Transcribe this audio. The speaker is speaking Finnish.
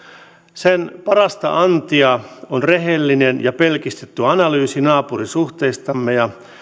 sen parasta antia on rehellinen ja pelkistetty analyysi naapurisuhteistamme ja